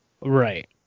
Right